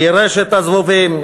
גירש את הזבובים,